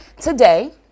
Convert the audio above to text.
Today